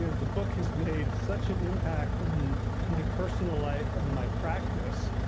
you know the book has made such an impact on my personal life and my practice.